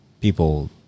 people